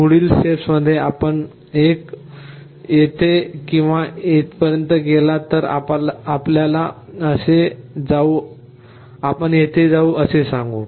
पुढील स्टेप्समध्ये आपण एकतर येथे किंवा इथपर्यंत गेलात तर आपण असे येथे जाऊ असे सांगू